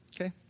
Okay